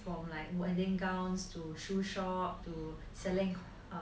from like wedding gowns to shoe shop to selling